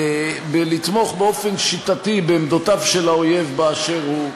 ולתמוך באופן שיטתי בעמדותיו של האויב באשר הוא,